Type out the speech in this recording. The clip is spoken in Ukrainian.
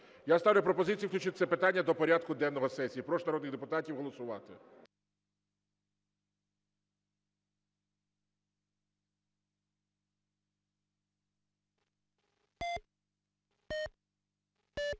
включити пропозицію включити це питання до порядку денного сесії. Прошу народних депутатів голосувати.